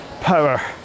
power